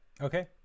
Okay